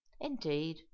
Indeed